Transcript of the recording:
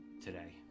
today